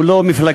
הוא לא מפלגתי,